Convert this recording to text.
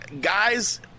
Guys